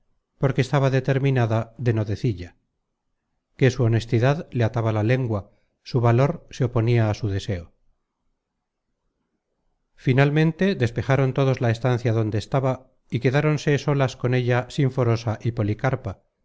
porque estaba determinada de no decilla que su honestidad le ataba la lengua su valor se oponia á su deseo finalmente despejaron todos la estancia donde estaba y quedáronse solas con ella sinforosa y policarpa